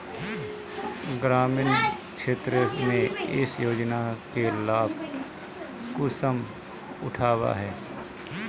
ग्रामीण क्षेत्र में इस योजना के लाभ कुंसम उठावे है?